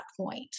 point